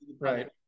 right